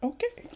Okay